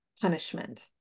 punishment